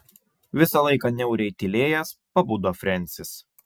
visą laiką niauriai tylėjęs pabudo frensis